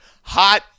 Hot